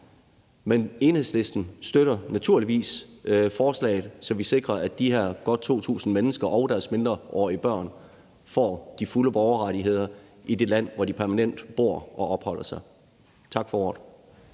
Men Enhedslisten støtter naturligvis forslaget, så vi sikrer, at de her godt 2.000 mennesker og deres mindreårige børn får de fulde borgerrettigheder i det land, hvor de permanent bor og opholder sig. Tak for ordet.